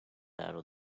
arrow